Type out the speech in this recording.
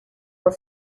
were